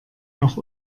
noch